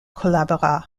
collabora